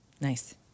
Nice